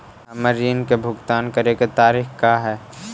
हमर ऋण के भुगतान करे के तारीख का हई?